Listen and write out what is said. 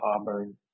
Auburn